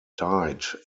died